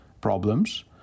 problems